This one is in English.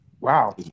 Wow